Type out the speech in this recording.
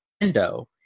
window